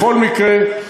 בכל מקרה,